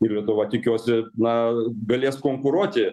ir lietuva tikiuosi na galės konkuruoti